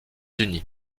unis